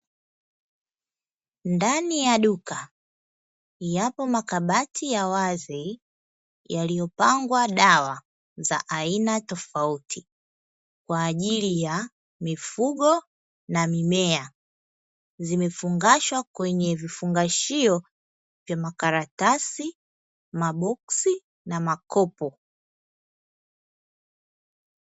Ndani ya duka yapo makabati ya wazi yaliyopangwa dawa za aina tofauti kwa ajili ya mifugo na mimea. Zimefungashwa kwenye vifungashio vya makaratasi, maboksi na makopo.